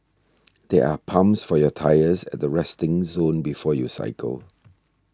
there are pumps for your tyres at the resting zone before you cycle